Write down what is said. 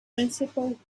principal